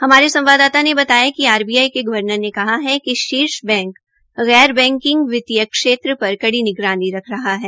हमारे संवाददाता ने बताया कि आरबीआई के गर्वनर ने कहा कि शीर्ष बैंक गैर बैंकिंग वित्तीय क्षेत्र पर कड़ी निगरानी रख रहा है